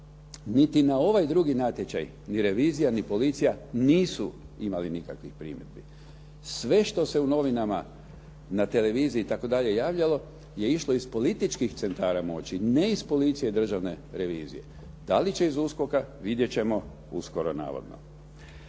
Niti na ovaj drugi natječaj ni revizija ni policija nisu imali nikakvih primjedbi. Sve što se u novinama, na televiziji itd. javljalo je išlo iz političkih centara moći, ne iz policije i Državne revizije. Da li će iz USKOK-a vidjet ćemo uskoro navodno.